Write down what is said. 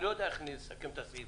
אני לא יודע איך נסכם את הסעיף,